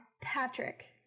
Patrick